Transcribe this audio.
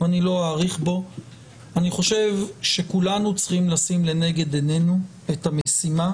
אני חושב שכולנו צריכים לשים לנגד עינינו את המשימה